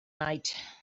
night